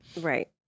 Right